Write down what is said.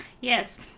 Yes